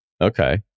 Okay